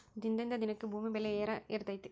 ದಿನದಿಂದ ದಿನಕ್ಕೆ ಭೂಮಿ ಬೆಲೆ ಏರೆಏರಾತೈತಿ